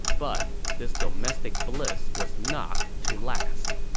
but this domestic bliss was not to last